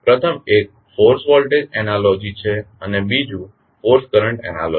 પ્રથમ એક force voltage analogy છે અને બીજું ફોર્સ કરંટ એનાલોજી છે